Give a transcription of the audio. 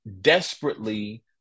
desperately